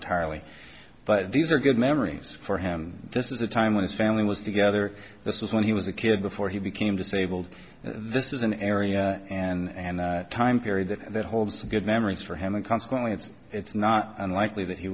entirely but these are good memories for him this is a time when his family was together this was when he was a kid before he became disabled this is an area and time period that holds the good memories for him and consequently it's it's not unlikely that he